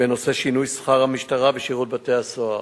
בנושא שינוי שכר עובדי המשטרה ושירות בתי-הסוהר.